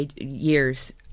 years